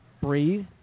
Breathe